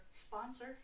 sponsor